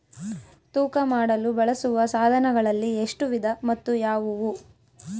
ತೂಕ ಮಾಡಲು ಬಳಸುವ ಸಾಧನಗಳಲ್ಲಿ ಎಷ್ಟು ವಿಧ ಮತ್ತು ಯಾವುವು?